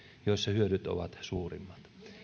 joilla hyödyt ovat suurimmat